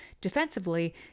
defensively